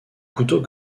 couteau